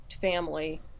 family